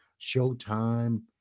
Showtime